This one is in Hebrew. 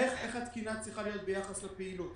איך התקינה צריכה להיות ביחס לפעילות?